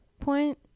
point